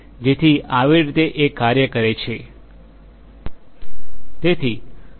જેથી આવીરીતે એ કાર્ય કરે છે